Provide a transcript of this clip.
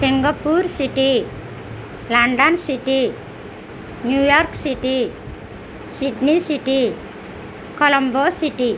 Singapore city London city New York City Sydney city Colombo city